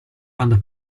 quando